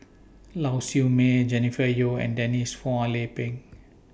Lau Siew Mei Jennifer Yeo and Denise Phua Lay Peng